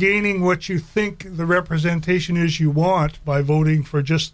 gaining what you think the representation is you watched by voting for just